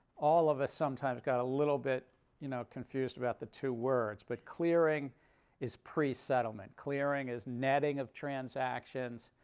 all of us sometimes got a little bit you know confused about the two words. but clearing is pre-settlement. clearing is netting of transactions,